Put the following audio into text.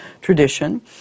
tradition